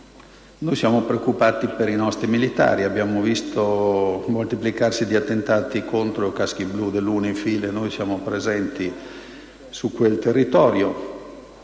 Siamo preoccupati per i nostri militari: abbiamo visto moltiplicarsi gli attentati contro i caschi blu dell'UNIFIL, e siamo presenti su quel territorio.